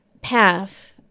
path